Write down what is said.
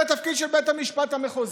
זה התפקיד של בית המשפט המחוזי,